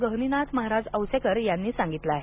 गहिनीनाथ महाराज औसेकर यांनी सांगितलं आहे